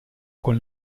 con